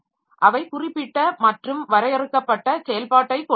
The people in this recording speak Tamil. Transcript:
அவை குறிப்பிட்ட மற்றும் வரையறுக்கப்பட்ட செயல்பாட்டைக் கொண்டுள்ளன